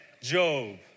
Job